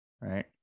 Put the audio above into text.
right